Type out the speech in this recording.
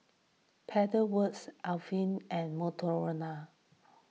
Pedal Works Alpen and Motorola